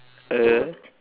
a